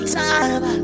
time